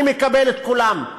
אני מקבל את כולן,